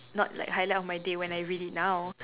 not like highlight of my day when I read it now